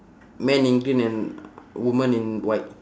man in green and woman in white